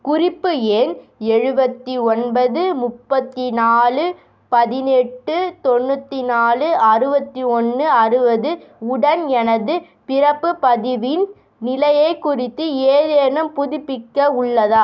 குறிப்பு எண் எழுபத்தி ஒன்பது முப்பத்தி நாலு பதினெட்டு தொண்ணூற்றி நாலு அறுபத்தி ஒன்று அறுபது உடன் எனது பிறப்பு பதிவின் நிலையை குறித்து ஏதேனும் புதுப்பிக்க உள்ளதா